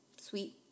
sweet